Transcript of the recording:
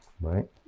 right